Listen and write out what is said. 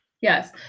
yes